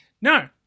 No